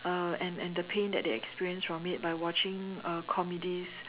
uh and and the pain that they experience from it by watching uh comedies